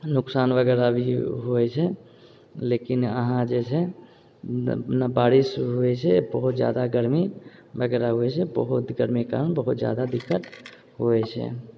नोकसान वगैरह भी होए छै लेकिन अहाँ जे छै ना बारिश होए छै बहुत ज्यादा गरमी वगैरह होए छै बहुत गरमी के कारण बहुत ज्यादा दिक्कत हुए छै